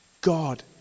God